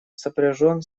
сопряжен